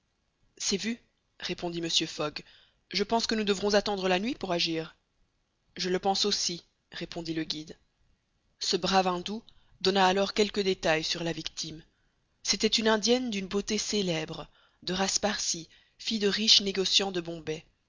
c'est vu répondit mr fogg je pense que nous devrons attendre la nuit pour agir je le pense aussi répondit le guide ce brave indou donna alors quelques détails sur la victime c'était une indienne d'une beauté célèbre de race parsie fille de riches négociants de bombay